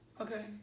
Okay